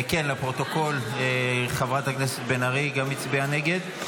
כן, לפרוטוקול, גם חברת הכנסת בן ארי הצביעה נגד.